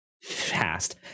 Fast